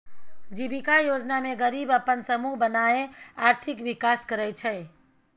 जीबिका योजना मे गरीब अपन समुह बनाए आर्थिक विकास करय छै